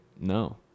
No